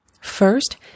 first